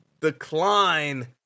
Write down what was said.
decline